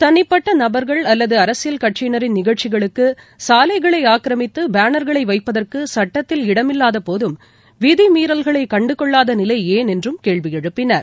தனிபட்டநபர்கள் கட்சியினரின் அல்லதுஅரசியல் நிகழ்ச்சிகளுக்குசாலைகளைஆக்கிரமித்தபேனர்களைவைப்பதற்குசட்டத்தில் இடமில்லாதபோதும் விதிமீறல்களைகண்டுகொள்ளாதநிலைஏன் என்றும் கேள்விஎழுப்பினர்